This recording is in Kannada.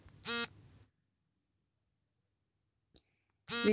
ವಿಮೆ ಪ್ರೀಮಿಯಂ ಅನ್ನು ನಾನು ಚೆಕ್ ಮೂಲಕ ಪಾವತಿಸಬಹುದೇ?